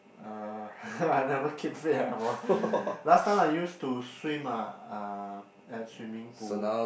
uh I never keep fit at all last time I used to swim ah uh at swimming pool